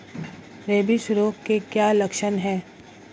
Rabies रोग के क्या लक्षण है?